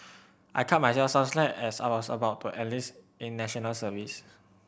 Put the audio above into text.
I cut myself some slack as I was about to enlist in National Service